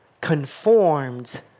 conformed